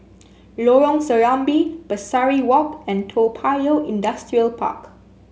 Lorong Serambi Pesari Walk and Toa Payoh Industrial Park